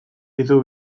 edo